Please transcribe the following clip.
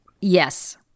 Yes